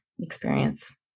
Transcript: experience